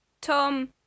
Tom